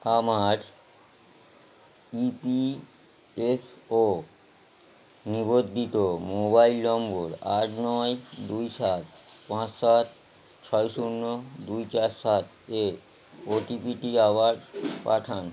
আমার E P F O নিবন্ধিত mobile number আট নয় দুই সাত পাঁচ সাত ছয় শূন্য দুই চার সাত এ ওটিপিটি আবার পাঠান